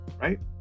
right